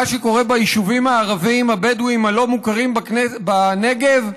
שקורה ביישובים הערביים הבדואיים הלא-מוכרים בנגב.